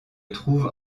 trouve